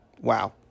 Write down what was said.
Wow